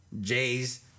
J's